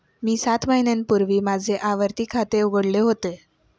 मी सात महिन्यांपूर्वी माझे आवर्ती ठेव खाते उघडले होते